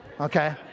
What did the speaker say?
Okay